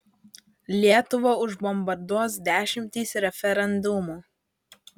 lietuvą užbombarduos dešimtys referendumų